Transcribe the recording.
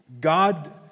God